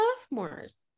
sophomores